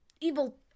evil